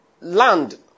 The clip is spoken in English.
land